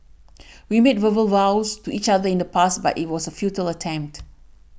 we made verbal vows to each other in the past but it was a futile attempt